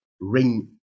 ring